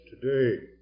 today